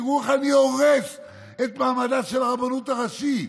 תראו איך אני הורס את מעמדה של הרבנות הראשית.